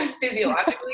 physiologically